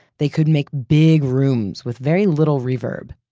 they could make big rooms with very little reverb.